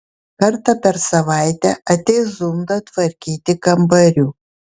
kartą per savaitę ateis zunda tvarkyti kambarių